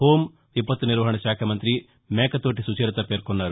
home వివత్తు నిర్వహణశాఖ మంతి మేకతోటి నుచరిత పేర్కొన్నారు